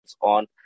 on